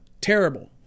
Terrible